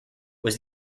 was